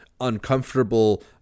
uncomfortable